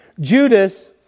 Judas